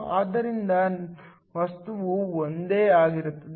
ಆದ್ದರಿಂದ ವಸ್ತುವು ಒಂದೇ ಆಗಿರುತ್ತದೆ